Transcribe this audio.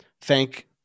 thank